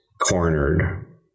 cornered